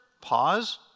Pause